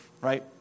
right